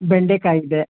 ಬೆಂಡೆಕಾಯಿ ಇದೆ